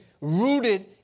rooted